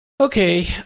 Okay